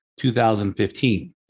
2015